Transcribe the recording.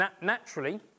naturally